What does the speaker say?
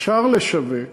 אפשר לשווק,